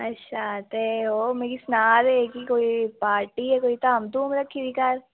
अच्छा ते ओह् मिगी सना दे हे कि कोई पार्टी ऐ कोई धाम धूम रक्खी दी घर